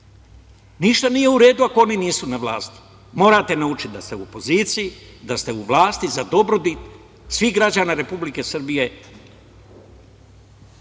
Ništa nije u redu ako oni nisu na vlasti. Morate naučiti da ste u opoziciji, da ste u vlasti za dobrobit svih građana Republike Srbije